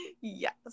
Yes